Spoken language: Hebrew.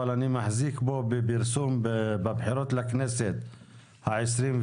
אבל אני מחזיק פה בפרסום בבחירות לכנסת ה-21,